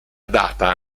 data